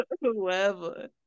whoever